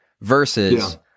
versus